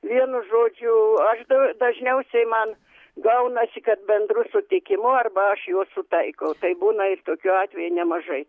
vienu žodžiu aš dažniausiai man gaunasi kad bendru sutikimu arba aš juos sutaikau tai būna ir tokių atvejų nemažai